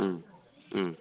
Om Om